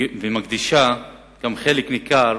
ומקדישה גם חלק ניכר